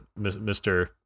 Mr